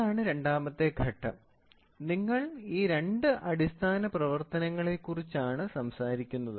ഇതാണ് രണ്ടാമത്തെ ഘട്ടമാണ് നിങ്ങൾ ഈ രണ്ട് അടിസ്ഥാന പ്രവർത്തനങ്ങളെക്കുറിച്ചാണ് സംസാരിക്കുന്നത്